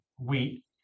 wheat